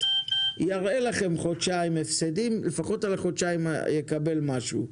יראה לכם חודשיים הפסדים ולפחות על החודשיים האלה יקבל משהו.